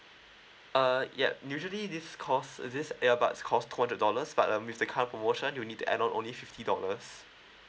uh yup usually this cost this earbuds cost two hundred dollars but um with the current promotion you need to add on only fifty dollars